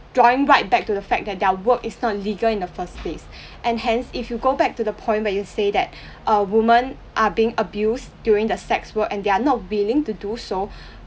drawing right back to the fact that their work is not legal in the first place and hence if you go back to the point where you say that err women are being abused during the sex work and they are not willing to do so